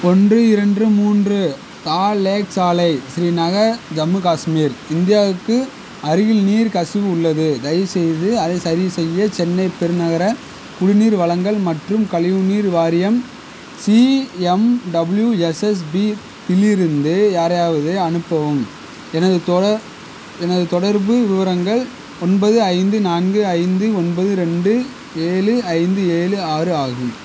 ஒன்று இரண்டு மூன்று தால் லேக் சாலை ஸ்ரீநகர் ஜம்மு காஷ்மீர் இந்தியாவுக்கு அருகில் நீர் கசிவு உள்ளது தயவுசெய்து அதை சரிசெய்ய சென்னை பெருநகரக் குடிநீர் வழங்கல் மற்றும் கழிவுநீர் வாரியம் சிஎம்டபுள்யூஎஸ்எஸ்பியிலிருந்து யாரையாவது அனுப்பவும் எனது தொடர் எனதுத் தொடர்பு விவரங்கள் ஒன்பது ஐந்து நான்கு ஐந்து ஒன்பது ரெண்டு ஏழு ஐந்து ஏழு ஆறு ஆகும்